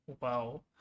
wow